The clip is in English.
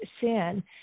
Sin